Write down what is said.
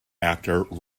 actor